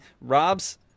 Rob's